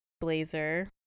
blazer